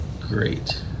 Great